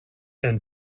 and